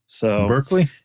Berkeley